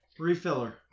refiller